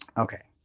ok,